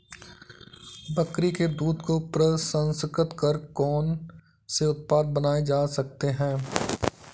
बकरी के दूध को प्रसंस्कृत कर कौन से उत्पाद बनाए जा सकते हैं?